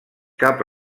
cap